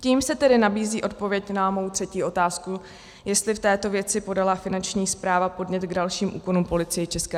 Tím se tedy nabízí odpověď na mou třetí otázku, jestli v této věci podala Finanční správa podnět k dalším úkonům Policie ČR.